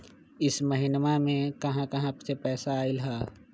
इह महिनमा मे कहा कहा से पैसा आईल ह?